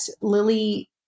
Lily